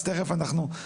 אז תכף אנחנו.